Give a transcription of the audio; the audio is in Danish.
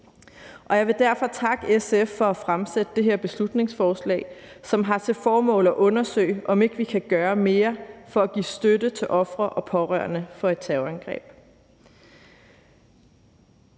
Jeg vil derfor takke SF for at fremsætte det her beslutningsforslag, som har til formål at undersøge, om ikke vi kan gøre mere for at give støtte til ofre og pårørende for et terrorangreb.